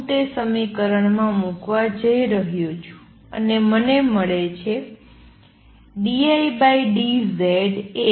હું તે સમીકરણમાં મૂકવા જઇ રહ્યો છું અને મને મળે છે